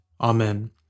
Amen